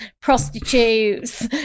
prostitutes